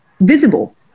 visible